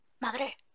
madre